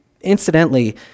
Incidentally